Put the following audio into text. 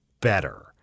better